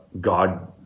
God